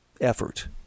effort